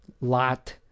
lot